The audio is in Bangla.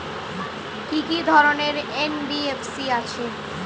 কি কি ধরনের এন.বি.এফ.সি আছে?